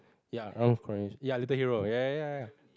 ya around ya Little Hero ya ya ya ya ya